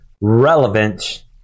Relevant